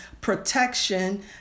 protection